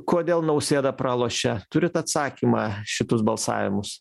kodėl nausėda pralošė turit atsakymą šitus balsavimus